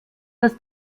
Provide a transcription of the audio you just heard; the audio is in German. dass